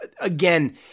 again